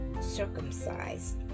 circumcised